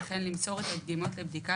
וכן למסור את הדגימות לבדיקה,